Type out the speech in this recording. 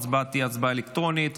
ההצבעה תהיה הצבעה אלקטרונית.